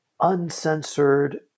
uncensored